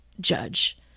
judge